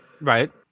Right